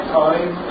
time